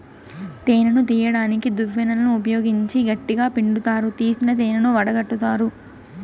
తేనెను తీయడానికి దువ్వెనలను ఉపయోగించి గట్టిగ పిండుతారు, తీసిన తేనెను వడగట్టుతారు